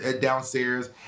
downstairs